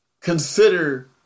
Consider